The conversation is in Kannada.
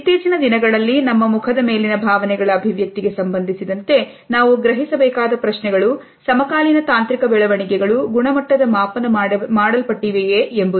ಇತ್ತೀಚಿನ ದಿನಗಳಲ್ಲಿ ನಮ್ಮ ಮುಖದ ಮೇಲಿನ ಭಾವನೆಗಳ ಅಭಿವ್ಯಕ್ತಿಗೆ ಸಂಬಂಧಿಸಿದಂತೆ ನಾವು ಗ್ರಹಿಸಬೇಕಾದ ಪ್ರಶ್ನೆಗಳು ಸಮಕಾಲೀನ ತಾಂತ್ರಿಕ ಬೆಳವಣಿಗೆಗಳು ಗುಣಮಟ್ಟದ ಮಾಪನ ಮಾಡಲ್ಪಟ್ಟಿವೆಯೇ ಎಂಬುದು